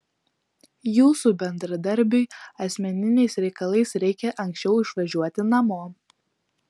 jūsų bendradarbiui asmeniniais reikalais reikia anksčiau išvažiuoti namo